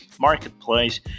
marketplace